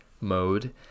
mode